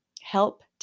help